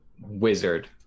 wizard